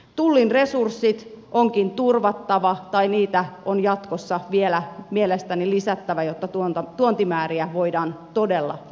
tullin resurssit onkin turvattava tai niitä on jatkossa vielä mielestäni lisättävä jotta tuontimääriä voidaan todella valvoa